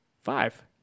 Five